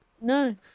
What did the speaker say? no